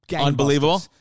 Unbelievable